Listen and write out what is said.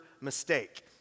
mistake